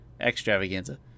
Extravaganza